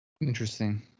Interesting